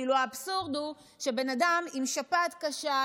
כאילו האבסורד הוא שכשבן אדם עם שפעת קשה,